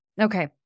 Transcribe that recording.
Okay